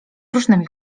różnymi